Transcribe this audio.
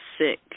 sick